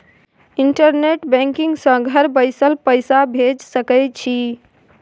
internet banking सँ घर बैसल पैसा भेज सकय छी